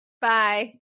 Bye